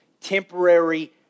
temporary